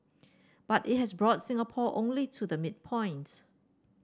but it has brought Singapore only to the midpoint